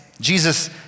Jesus